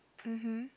mmhmm